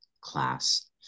class